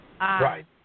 Right